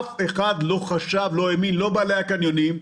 אף אחד לא חשב ולא האמין לא בעלי הקניונים,